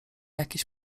jakieś